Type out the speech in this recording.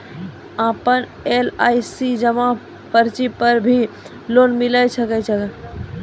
आपन एल.आई.सी जमा पर्ची पर भी लोन मिलै छै कि नै?